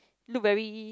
look very